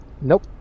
Nope